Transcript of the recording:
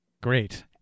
Great